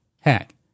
hack